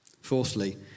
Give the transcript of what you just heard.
Fourthly